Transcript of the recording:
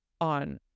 on